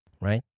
right